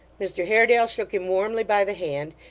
mr haredale shook him warmly by the hand,